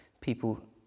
people